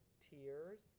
tiers